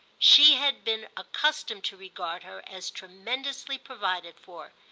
she had been accustomed to regard her as tremendously provided for,